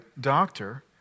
doctor